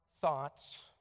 thoughts